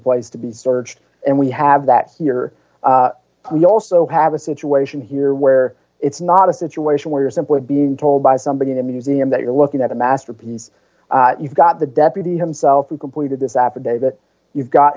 place to be searched and we have that here we also have a situation here where it's not a situation where you're simply being told by somebody in a museum that you're looking at a masterpiece you've got the deputy himself who completed this affidavit you've got